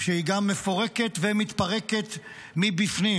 שהיא גם מפורקת ומתפרקת מבפנים.